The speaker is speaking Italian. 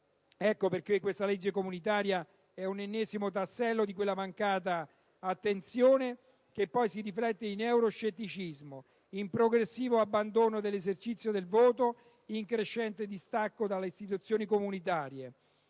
Dunque, questa legge comunitaria è un ennesimo tassello di quella mancata attenzione, che poi si traduce in euroscetticismo, in progressivo abbandono dell'esercizio del voto, in crescente distacco dalle istituzioni comunitarie.